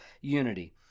unity